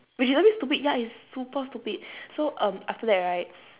which is a bit stupid ya it's super stupid so um after that right